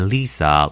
Lisa